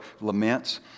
laments